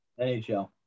NHL